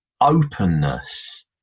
openness